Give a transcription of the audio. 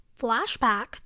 flashback